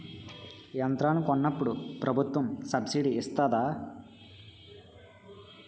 యంత్రాలను కొన్నప్పుడు ప్రభుత్వం సబ్ స్సిడీ ఇస్తాధా?